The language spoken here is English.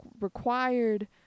required